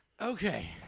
Okay